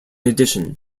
addition